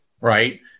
right